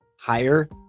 higher